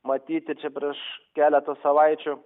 matyti čia prieš keletą savaičių